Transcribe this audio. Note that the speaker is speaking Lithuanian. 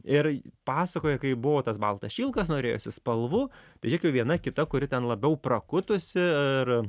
ir pasakoja kaip buvo tas baltas šilkas norėjosi spalvų žėk jau viena kita kuri ten labiau prakutusi ir